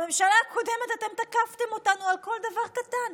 בממשלה הקודמת אתם תקפתם אותנו על כל דבר קטן.